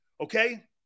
Okay